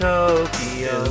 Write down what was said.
Tokyo